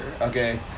okay